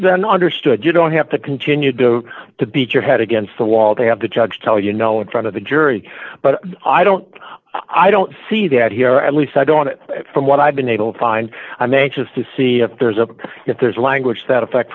then understood you don't have to continue to beat your head against the wall they have to judge tell you no in front of the jury but i don't i don't see that here at least i don't from what i've been able to find i'm anxious to see if there's a if there's language that effect